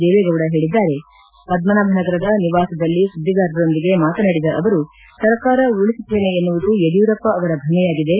ದೇವೇಗೌಡ ಹೇಳಿದ್ದಾರೆ ಪದ್ಮನಾಭನಗರದ ನಿವಾಸದಲ್ಲಿ ಸುದ್ದಿಗಾರರೊಂದಿಗೆ ಮಾತನಾಡಿದ ಅವರು ಸರ್ಕಾರ ಉರುಳಿಸುತ್ತೇನೆ ಎನ್ನುವುದು ಯಡಿಯೂರಪ್ಪ ಅವರ ಭ್ರಮೆಯಾಗಿದೆ